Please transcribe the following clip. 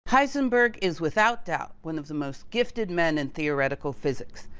heisenberg is without doubt, one of the most gifted men in theoretical physics,